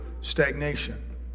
stagnation